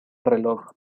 reloj